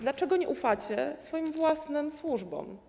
Dlaczego nie ufacie swoim własnym służbom?